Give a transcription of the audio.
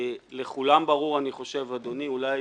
לכולם ברור, אני חושב, אדוני, אולי